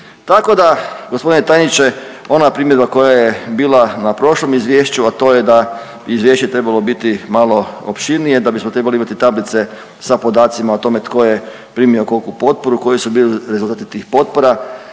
Tako da gospodine tajniče ona primjedba koja je bila na prošlom izvješću, a to je da je izvješće trebalo biti malo opširnije, da bismo trebali imati tablice sa podacima o tome tko je primio koliku potporu, koji su bili rezultati tih potpora,